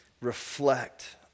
reflect